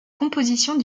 compositions